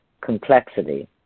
complexity